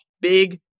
Big